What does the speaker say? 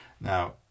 Now